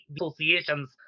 associations